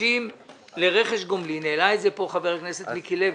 נדרשים לרכש גומלין העלה את זה חבר הכנסת מיקי לוי,